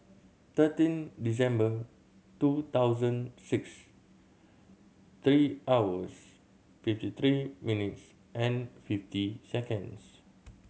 thirteen December two thousand six three hours fifty three minutes and fifty seconds